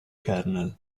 kernel